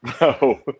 No